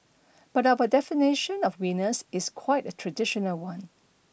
but our definition of winners is quite a traditional one